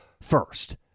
first